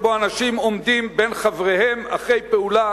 שבה אנשים עומדים בין חבריהם אחרי פעולה